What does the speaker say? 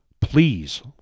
Please